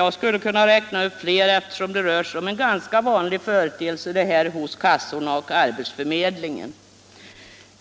Jag skulle kunna räkna upp flera, eftersom det här rör sig om en ganska vanlig företeelse hos kassorna och arbetsförmedlingen.